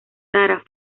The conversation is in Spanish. sarah